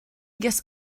guess